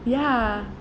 ya